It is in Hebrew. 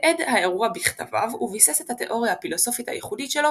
תיעד האירוע בכתביו וביסס את התאוריה הפילוסופית הייחודית שלו,